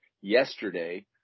yesterday